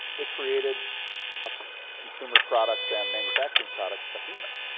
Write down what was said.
they created a consumer products and manufacturing products behemoth.